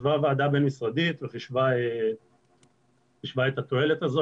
ישבה ועדה בין משרדית וחישבה את התועלת הזו,